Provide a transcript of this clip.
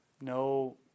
No